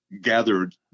gathered